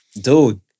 Dude